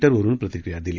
उवरून प्रतिक्रिया दिली